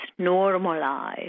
normalize